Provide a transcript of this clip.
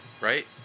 right